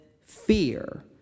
fear